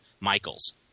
Michael's